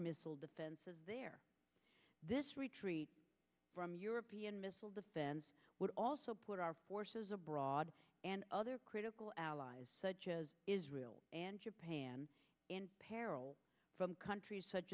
missile defenses there this retreat from european missile defense would also put our forces abroad and other critical allies such as israel and japan in peril from countries such